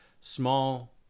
small